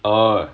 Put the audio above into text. orh